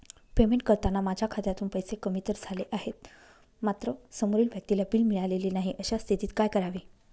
Payment करताना माझ्या खात्यातून पैसे कमी तर झाले आहेत मात्र समोरील व्यक्तीला बिल मिळालेले नाही, अशा स्थितीत काय करावे?